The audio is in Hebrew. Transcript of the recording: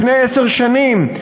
לפני עשר שנים,